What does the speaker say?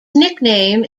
nickname